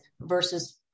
versus